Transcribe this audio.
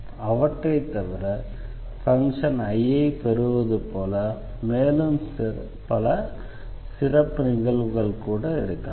அவற்றை தவிர function I ஐ பெறுவது போல மேலும் பல சிறப்பு நிகழ்வுகள் கூட இருக்கலாம்